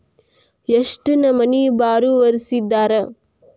ಎಷ್ಟ್ ನಮನಿ ಬಾರೊವರ್ಸಿದಾರ?